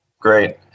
Great